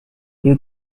you